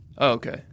okay